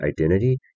identity